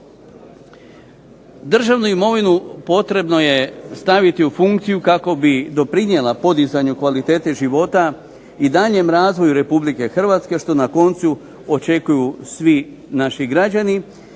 Državnu imovinu potrebno je staviti u funkciju kako bi doprinijela podizanju kvalitete života i u daljnjem razvoju Republike Hrvatske što na koncu očekuju svi naši građani